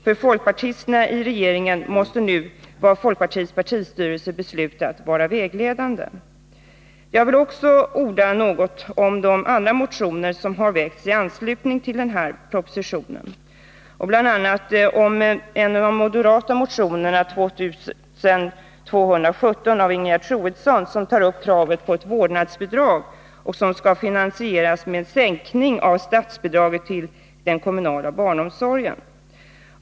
För folkpartisterna i regeringen måste nu vad folkpartiets partistyrelse beslutat vara vägledande. Jag vill också säga några ord om de andra motioner som har behandlats i anslutning till denna proposition, bl.a. en av de moderata motionerna, 2217 av Ingegerd Troedsson m.fl., som tar upp kravet på ett vårdnadsbidrag som skall finansieras genom sänkning av statsbidraget till den kommunala barnomsorgen.